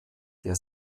der